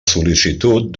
sol·licitud